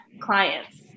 clients